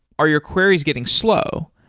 are your queries getting slow?